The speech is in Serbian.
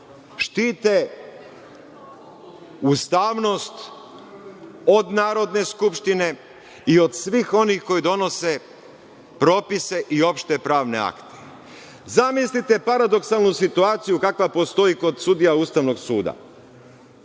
štite ustavnost od Narodne skupštine i od svih onih koji donose propise i opšte pravne akte. Zamislite paradoksalnu situaciju kakva postoji kod sudija Ustavnog suda.